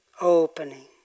opening